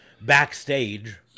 backstage